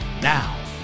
Now